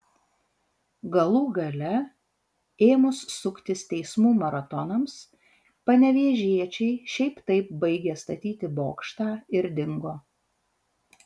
galų gale ėmus suktis teismų maratonams panevėžiečiai šiaip taip baigė statyti bokštą ir dingo